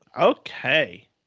Okay